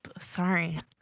Sorry